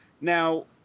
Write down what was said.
Now